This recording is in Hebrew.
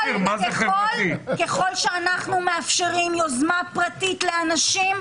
ככל שאנחנו מאפשרים יוזמה פרטית לאנשים,